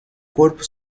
corpo